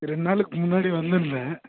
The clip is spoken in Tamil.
ரெண்டு நாளைக்கு முன்னாடி வந்திருந்தேன்